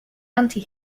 anti